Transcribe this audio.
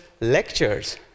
lectures